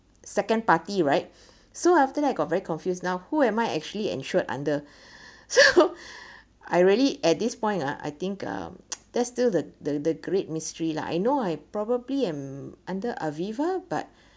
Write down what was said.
second party right so after that got very confused now who am I actually insured under so I really at this point ah I think um there's still the the the great mystery lah I know I probably am under Aviva but